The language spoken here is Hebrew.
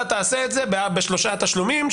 אתה תעשה את זה בשלושה תשלומים,